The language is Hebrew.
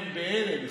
הם בהלם.